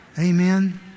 Amen